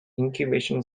incubation